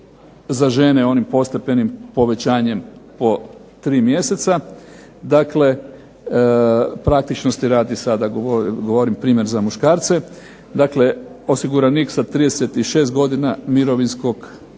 za žene onim postepenim povećanjem po 3 mjeseca, dakle praktičnosti radi sada govorim primjer za muškarce. Dakle, osiguranik sa 36 godina mirovinskog staža,